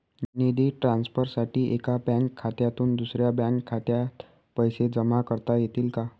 निधी ट्रान्सफरसाठी एका बँक खात्यातून दुसऱ्या बँक खात्यात पैसे जमा करता येतील का?